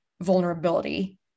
vulnerability